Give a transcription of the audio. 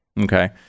Okay